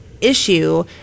issue